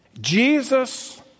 Jesus